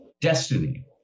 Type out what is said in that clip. Destiny